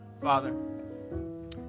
Father